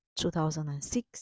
2006